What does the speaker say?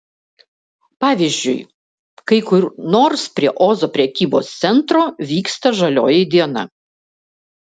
pavyzdžiui kai kur nors prie ozo prekybos centro vyksta žalioji diena